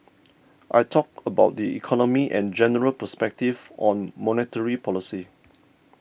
I talked about the economy and general perspectives on monetary policy